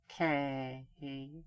Okay